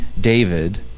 david